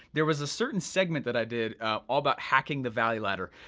there was a certain segment that i did all about hacking the value ladder.